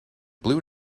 blue